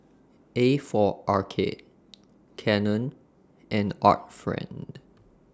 A For Arcade Canon and Art Friend